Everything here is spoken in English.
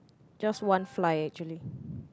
just one fly actually